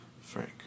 Frank